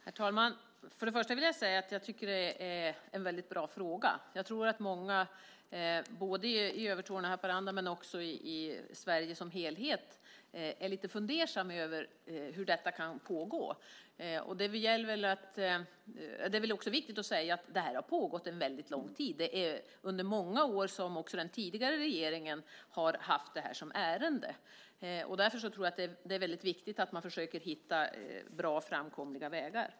Herr talman! Först och främst vill jag säga att det är en bra fråga. Jag tror att många både i Övertorneå och i Haparanda, men också i Sverige som helhet, är lite fundersamma över hur detta kan pågå. Det är viktigt att säga att detta har pågått en lång tid. Under många år hade också den tidigare regeringen detta som ärende. Därför är det viktigt att man försöker hitta bra och framkomliga vägar.